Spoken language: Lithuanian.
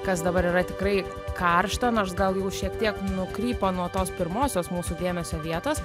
kas dabar yra tikrai karšta nors gal šiek tiek nukrypo nuo tos pirmosios mūsų dėmesio vietos